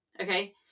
Okay